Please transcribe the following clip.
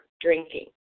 drinking